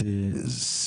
מעין